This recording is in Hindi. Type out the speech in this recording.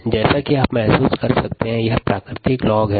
t2303kdxv0xv जैसा कि आप महसूस कर सकते हैं यह प्राकृतिक लॉग है